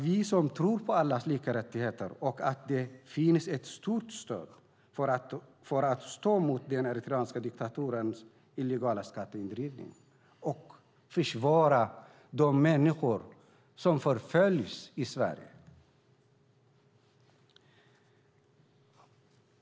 Vi tror på allas lika rättigheter och på att det finns stöd för att stå emot den eritreanska diktaturens illegala skatteindrivning och försvara de människor som förföljs i Sverige.